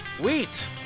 wheat